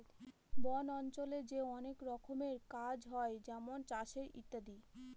বন অঞ্চলে যে অনেক রকমের কাজ হয় যেমন চাষের ইত্যাদি